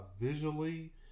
visually